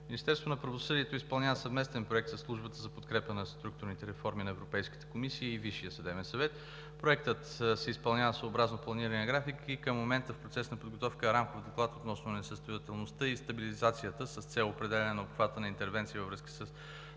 Министерството на правосъдието изпълнява съвместен проект със Службата за подкрепа на структурните реформи на Европейската комисия и Висшия съдебен съвет. Проектът се изпълнява съобразно планирания график и към момента в процес на подготовка е Рамков доклад относно несъстоятелността и стабилизацията с цел определяне на обхвата на интервенция във връзка